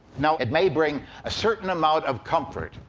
now, it may bring a certain amount of comfort,